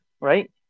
Right